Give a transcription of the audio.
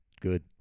good